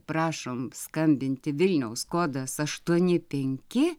prašom skambinti vilniaus kodas aštuoni penki